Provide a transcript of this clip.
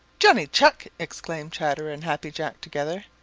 johnny chuck! exclaimed chatterer and happy jack together,